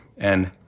and.